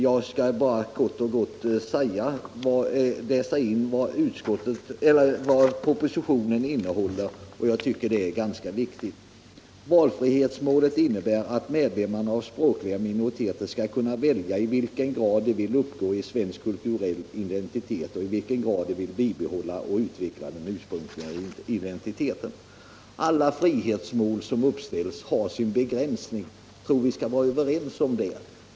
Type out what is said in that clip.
Jag skall bara kort och gott läsa in till protokollet vad propositionen innehåller på den punkten: ”Valfrihetsmålet innebär att medlemmar av språkliga minoriteter skall kunna välja i vilken grad de vill uppgå i svensk kulturell identitet och i vilken grad de vill bibehålla och utveckla den ursprungliga identiteten.” Alla frihetsmål som ställs upp har sin begränsning. Låt oss vara överens om det.